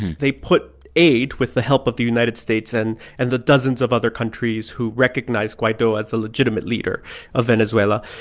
they put aid with the help of the united states and and the dozens of other countries who recognize guaido as the legitimate leader of venezuela,